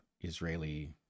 Israeli